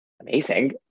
amazing